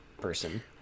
person